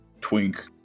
Twink